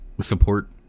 support